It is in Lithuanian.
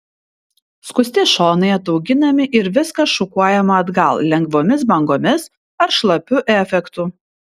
skusti šonai atauginami ir viskas šukuojama atgal lengvomis bangomis ar šlapiu efektu